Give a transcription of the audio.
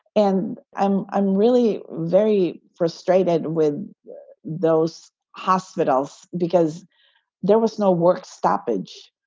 and i'm i'm really very frustrated with those hospitals because there was no work stoppage.